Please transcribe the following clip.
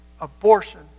abortion